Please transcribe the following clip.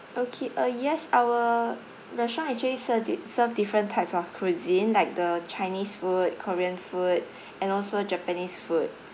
okay uh yes our restaurant actually ser~ di~ serve different types of cuisine like the chinese food korean food and also japanese food